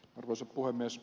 arvoisa puhemies